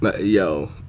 Yo